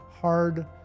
hard